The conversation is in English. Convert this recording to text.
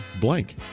Blank